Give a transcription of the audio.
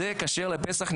זה כשר לפסח,